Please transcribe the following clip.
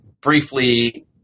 briefly